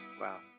wow